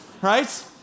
right